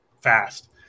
fast